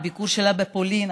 על הביקור שלה בפולין.